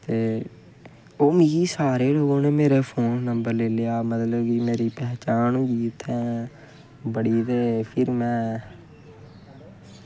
ते ओह् मिगी सारे उ'नैं मेरा फोन नंबर लेई लेआ मेरा पैह्चान होई मेरी बड़ी ते फिर में